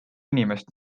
inimest